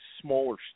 smaller